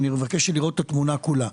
אני מבקש לראות את התמונה כולה.